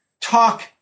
talk